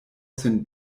sin